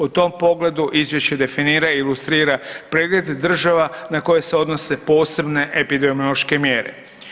U tom pogledu izvješće definira i ilustrira pregled država na koje se odnose posebne epidemiološke mjere.